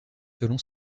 selon